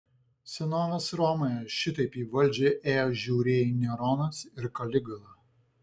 senovės romoje šitaip į valdžią ėjo žiaurieji neronas ir kaligula